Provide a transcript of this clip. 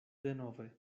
denove